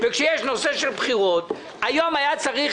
כשיש נושא של בחירות - היום היה צריך